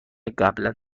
قبلا